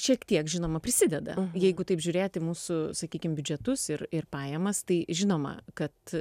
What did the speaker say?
šiek tiek žinoma prisideda jeigu taip žiūrėt į mūsų sakykim biudžetus ir ir pajamas tai žinoma kad